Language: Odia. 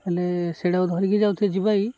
ହେଲେ ସେଇଟାକୁ ଧରିକି ଯାଉଛେ ଯିବା କି